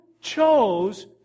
chose